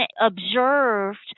observed